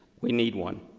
we need one.